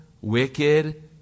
wicked